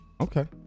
okay